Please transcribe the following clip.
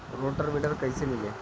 Rotor weeder कईसे मिले?